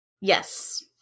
yes